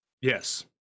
yes